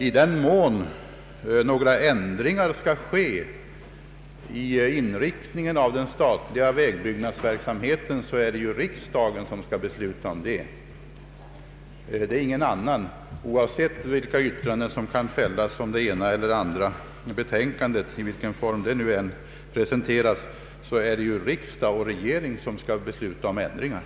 I den mån några ändringar i denna inriktning skall ske är det ju riksdagen som skall besluta därom. Oavsett vilka uttalanden som kan göras i det ena eller andra betänkandet, och i vilken form de än presenteras, så är det ändå riksdag och regering som skall besluta om ändringarna.